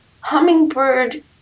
hummingbird